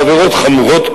בעבירות חמורות,